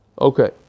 Okay